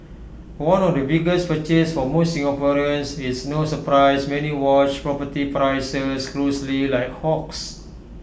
one of the biggest purchase for most Singaporeans it's no surprise many watch property prices closely like hawks